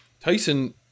Tyson